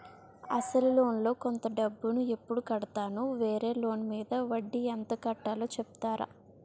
అసలు లోన్ లో కొంత డబ్బు ను ఎప్పుడు కడతాను? వేరే లోన్ మీద వడ్డీ ఎంత కట్తలో చెప్తారా?